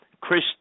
Chris